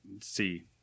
see